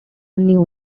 new